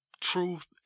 truth